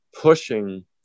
pushing